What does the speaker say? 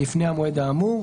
לפני המועד האמור.